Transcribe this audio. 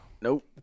Nope